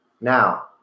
Now –